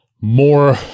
more